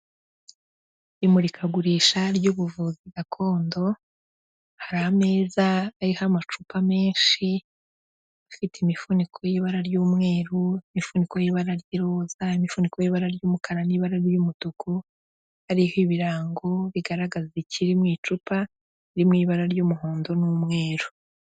Imurikagurisha ry'ubuvuzi gakondo, hari ameza ariho amacupa menshi, afite imifuniko y'ibara ry'umweru, imifuniko y'ibara ry'iroza, imifuniko y'ibara ry'umukara n'ibara ry'umutuku hariho ibirango bigaragaza ikiri mu icupa biri mu ibara ry'umuhondo n'umweru.